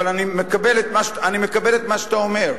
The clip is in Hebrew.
אבל אני מקבל את מה שאתה אומר,